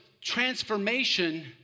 transformation